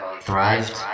Thrived